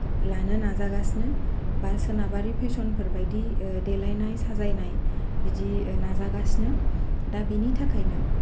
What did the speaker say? लानो नाजागासिनो बा सोनाबारि फेसनफोरबायदि ओ देलायनाय साजायनाय बिदि नाजागासिनो दा बेनि थाखायनो